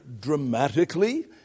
dramatically